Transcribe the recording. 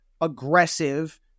aggressive